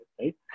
right